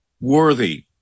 worthy